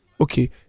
Okay